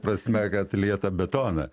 prasme kad liet tą betoną